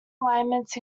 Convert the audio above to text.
alignments